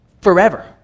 forever